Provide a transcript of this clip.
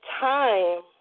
time